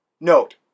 Note